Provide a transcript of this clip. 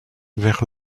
vers